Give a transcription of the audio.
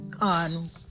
on